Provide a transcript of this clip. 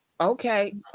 okay